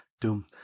doom